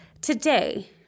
today